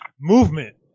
movement